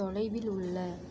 தொலைவில் உள்ள